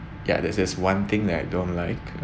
ya that's this one thing that I don't like